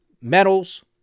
metals